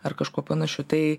ar kažkuo panašiu tai